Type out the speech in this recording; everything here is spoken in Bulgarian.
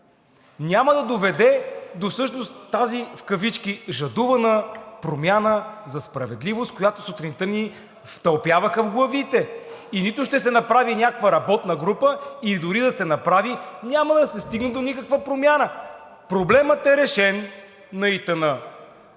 няма да доведе до всъщност тази в кавички жадувана промяна за справедливост, която сутринта ни втълпяваха в главите. И нито ще се направи някаква работна група – и дори да се направи, няма да се стигне до никаква промяна! Проблемът на ИТН